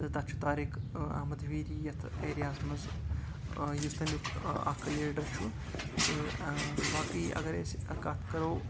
تہٕ تَتھ چھُ طارق احمد ویری یَتھ ایریاہَس منٛز یُس تَمیُک اکھ لیڈر چھُ تہٕ باقے اَگر أسۍ کَتھ کَرو